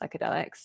psychedelics